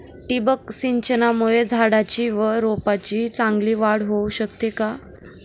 ठिबक सिंचनामुळे झाडाची व रोपांची चांगली वाढ होऊ शकते का?